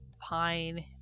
pine